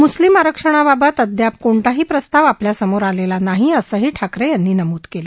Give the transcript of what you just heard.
मुस्लीम आरक्षणाबाबत अदयाप कोणताही प्रस्ताव आपल्यासमोर आलेला नाही असंही ठाकरे यांनी नमूद केलं